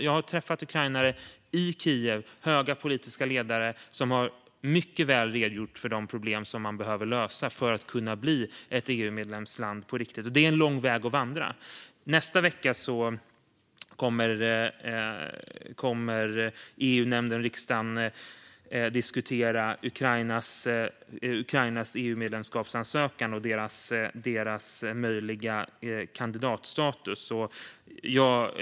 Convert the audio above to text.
Jag har träffat ukrainare i Kiev, höga politiska ledare, som har redogjort mycket väl för de problem man behöver lösa för att kunna bli ett EU-medlemsland på riktigt. Man har en lång väg att vandra. Nästa vecka kommer EU-nämnden och riksdagen att diskutera Ukrainas EU-medlemskapsansökan och landets möjliga kandidatstatus.